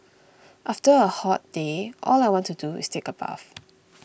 after a hot day all I want to do is take a bath